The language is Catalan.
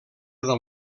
del